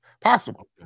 possible